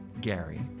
Gary